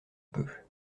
peu